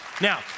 Now